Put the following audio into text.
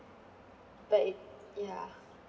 but it ya